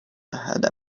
had